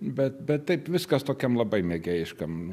bet bet taip viskas tokiam labai mėgėjiškam